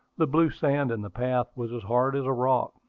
the blue sand in the path was as hard as a rock,